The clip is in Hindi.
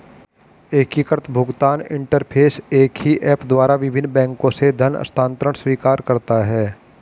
एकीकृत भुगतान इंटरफ़ेस एक ही ऐप द्वारा विभिन्न बैंकों से धन हस्तांतरण स्वीकार करता है